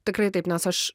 tikrai taip aš